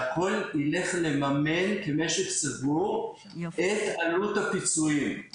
שהכלי ילך לממן כמשק סגור את עלות הפיצויים.